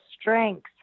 strength